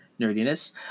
nerdiness